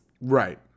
Right